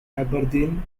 aberdeen